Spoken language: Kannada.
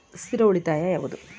ಸ್ಥಿರ ಉಳಿತಾಯ ಯಾವುದು?